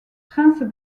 prince